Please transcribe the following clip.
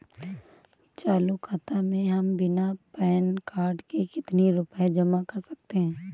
चालू खाता में हम बिना पैन कार्ड के कितनी रूपए जमा कर सकते हैं?